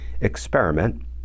experiment